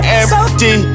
empty